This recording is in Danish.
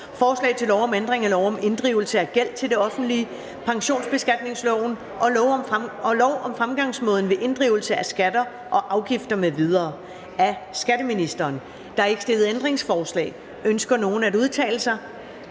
Forslag til lov om ændring af lov om inddrivelse af gæld til det offentlige, pensionsbeskatningsloven og lov om fremgangsmåden ved inddrivelse af skatter og afgifter m.v. (Restanceinddrivelsesmyndighedens håndtering